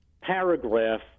paragraph